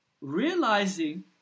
realizing